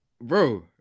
Bro